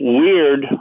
weird